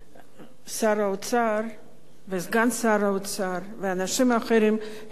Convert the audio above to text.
שר האוצר וסגן שר האוצר ואנשים אחרים, הם לא כאן.